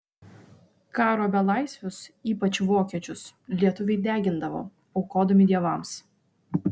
karo belaisvius ypač vokiečius lietuviai degindavo aukodami dievams